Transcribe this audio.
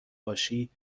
باشی